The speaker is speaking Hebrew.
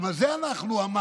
גם על זה אנחנו עמדנו,